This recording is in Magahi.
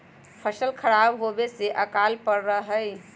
फसल खराब होवे से अकाल पडड़ा हई